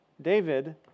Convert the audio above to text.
David